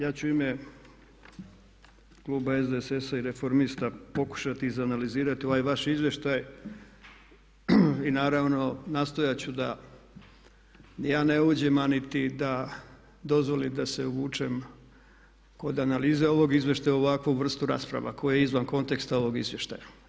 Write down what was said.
Ja ću u ime kluba SDSS-a i Reformista pokušati izanalizirati ovaj vaš izvještaj i naravno nastojati ću da ja ne uđem a niti da dozvoli da se uvučem kod analize ovog izvještaja u ovakvu vrstu rasprava koje je izvan konteksta ovog izvještaja.